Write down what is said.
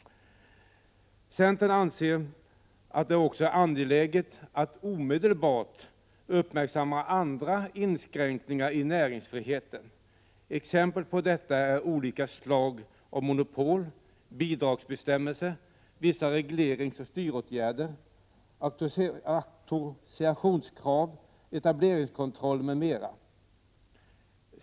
Centern anser det också angeläget att omedelbart uppmärksamma andra inskränkningar i näringsfriheten. Exempel på detta är olika slag av monopol, bidragsbestämmelser, vissa regleringsoch styrningsåtgärder, auktorisationskrav och etableringskontroll.